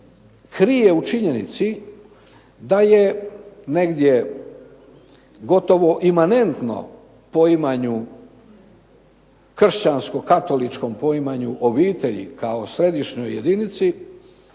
krije u činjenici da je negdje gotovo imanentno poimanju kršćanskom, katoličkom poimanju obitelji kao središnjoj jedinici